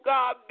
God